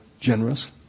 generous